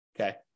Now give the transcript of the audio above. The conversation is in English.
okay